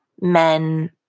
men